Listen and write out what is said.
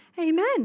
Amen